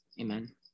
Amen